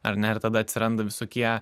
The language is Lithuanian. ar ne ir tada atsiranda visokie